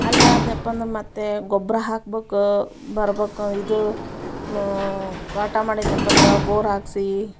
ಅಲ್ಲೇ ಆದ್ನ್ಯಪ್ಪ ಅಂದ್ರೆ ಮತ್ತು ಗೊಬ್ಬರ ಹಾಕ್ಬೇಕು ಬರ್ಬಕು ಇದು ತೋಟ ಮಾಡಿದ್ನ್ಯಪ್ಪ ಅಂದ್ರೆ ಬೋರ್ ಹಾಕಿಸಿ